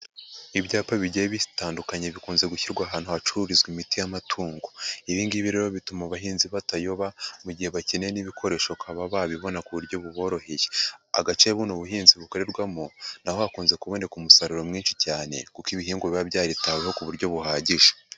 Ibyapa bigiye bitandukanye bikunze gushyirwa ahantu hacururizwa imiti y'amatungo. Ibi ngibi rero bituma abahinzi batayoba mu gihe bakeneye n'ibikoresho bakaba babibona ku buryo buboroheye. Agace buno buhinzi bukorerwamo na ho hakunze kuboneka umusaruro mwinshi cyane kuko ibihingwa biba byaritaweho ku buryo buhagije.